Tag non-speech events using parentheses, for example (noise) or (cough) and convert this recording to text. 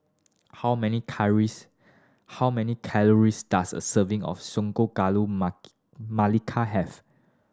how many calories how many calories does a serving of sago gula (unintelligible) melaka have